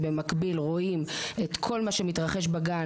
שרואים במקביל את כל מה שמתרחש בגן,